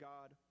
God